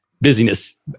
busyness